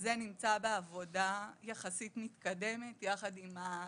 זה נמצא בעבודה יחסית מתקדמת, יחד עם השותפים.